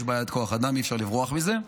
יש בעיית כוח אדם, אי-אפשר לברוח מזה.